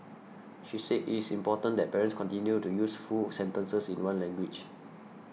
she said it is important that parents continue to use full sentences in one language